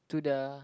to the